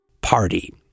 Party